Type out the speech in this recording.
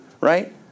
right